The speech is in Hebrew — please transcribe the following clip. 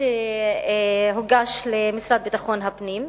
שהוגש למשרד לביטחון הפנים,